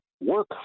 work